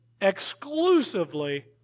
exclusively